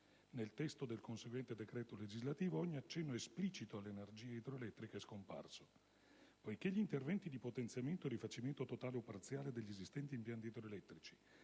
Nel testo del conseguente decreto legislativo ogni accenno esplicito all'energia idroelettrica è scomparso. Poiché gli interventi di potenziamento e rifacimento totale o parziale degli esistenti impianti idroelettrici